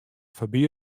foarby